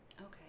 Okay